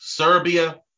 Serbia